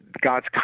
God's